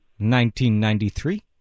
1993